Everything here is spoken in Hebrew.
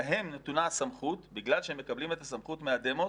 להם נתונה הסמכות בגלל שהם מקבלים את הסמכות מהדמוס